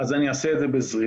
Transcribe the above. אז אני אעשה את זה בזריזות.